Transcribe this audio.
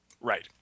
Right